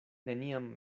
neniam